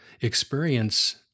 experience